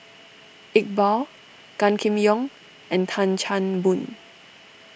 Iqbal Gan Kim Yong and Tan Chan Boon